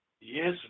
Yes